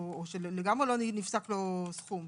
או לגמרי לא נפסק לו סכום.